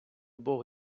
бог